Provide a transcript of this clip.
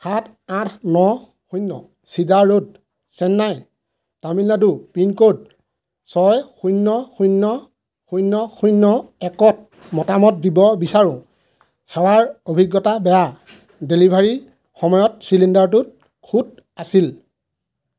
সাত আঠ ন শূন্য চিডাৰ road Chennai Tamil Nadu pin code ছয় শূন্য শূন্য শূন্য শূন্য একত মতামত দিব বিচাৰোঁ সেৱাৰ অভিজ্ঞতা বেয়া ডেলিভাৰীৰ সময়ত চিলিণ্ডাৰটোত খুঁত আছিল